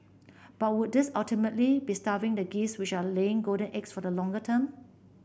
but would this ultimately be starving the geese which are laying golden eggs for the longer term